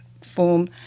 form